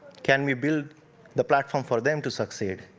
can we build the platform for them to succeed?